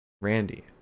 randy